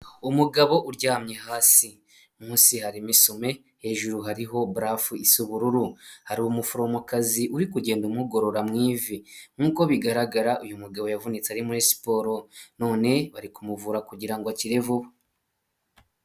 Umugabo uryamye hasi; munsi harimo isume, hejuru hariho barafu isa ubururu; hari umuforomokazi uri kugenda umugorora mu ivi; nkuko bigaragara uyu mugabo yavunitse ari muri siporo; none bari kumuvura kugirango akire vuba.